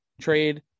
trade